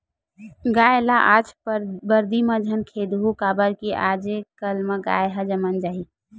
गाय ल आज बरदी म झन खेदहूँ काबर कि आजे कल म गाय ह जनम जाही